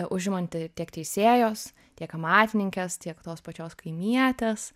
užimanti tiek teisėjos tiek amatininkės tiek tos pačios kaimietės